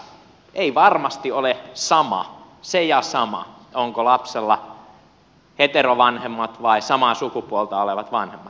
ei varmasti ole sama se ja sama onko lapsella heterovanhemmat vai samaa sukupuolta olevat vanhemmat